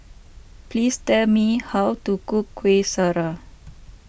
please tell me how to cook Kueh Syara